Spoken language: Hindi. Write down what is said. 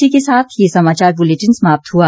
इसी के साथ ये समाचार बुलेटिन समाप्त हुआ